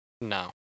No